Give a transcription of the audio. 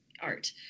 art